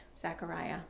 Zechariah